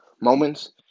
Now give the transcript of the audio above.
moments